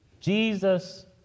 Jesus